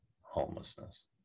homelessness